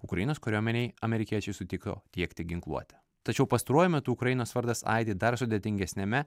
ukrainos kariuomenei amerikiečiai sutiko tiekti ginkluotę tačiau pastaruoju metu ukrainos vardas aidi dar sudėtingesniame